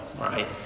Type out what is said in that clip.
right